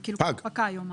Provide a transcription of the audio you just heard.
זה כבר פקע לפני יומיים.